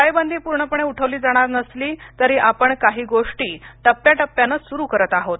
टाळेबंदी पूर्णपणे उठवली जाणार नसली तरी आपण काही गोष्टी टप्याटप्यानं सुरू करत आहोत